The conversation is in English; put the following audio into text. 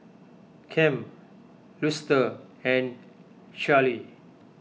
Kem Luster and Charly